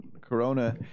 Corona